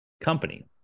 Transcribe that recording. company